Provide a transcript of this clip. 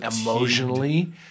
emotionally